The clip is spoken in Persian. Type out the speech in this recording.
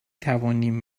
توانیم